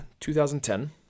2010